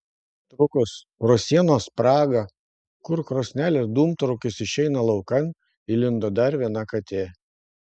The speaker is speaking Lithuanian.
netrukus pro sienos spragą kur krosnelės dūmtraukis išeina laukan įlindo dar viena katė